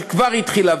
שכבר התחילה,